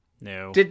No